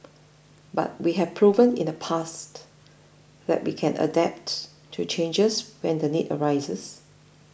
but we have proven in the past that we can adapt to changes when the need arises